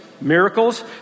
Miracles